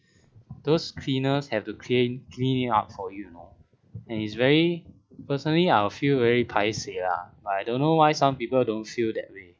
those cleaners have to clean cleaning up for you you know and it's very personally I feel very lah but I don't know why some people don't feel that way